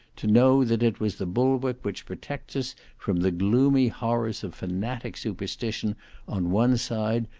to know that it was the bulwark which protects us from the gloomy horrors of fanatic superstition on one side,